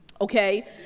Okay